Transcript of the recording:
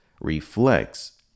reflects